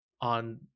on